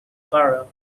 borough